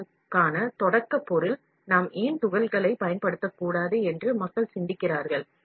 எம்மில் கம்பியைப் பயன்படுத்துகிறேன் என்று மக்கள் சிந்திக்கிறார்கள்